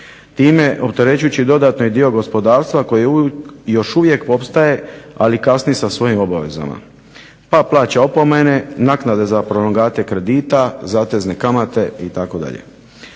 time opterećujući dodatno dio gospodarstva koji još uvijek opstaje ali kasni sa svojim obavezama. Pa plaća opomene, naknade za prolongate kredita, zatezne kamate itd.